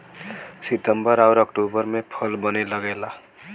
सितंबर आउर अक्टूबर में फल बने लगला